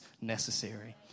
necessary